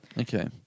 Okay